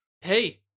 Hey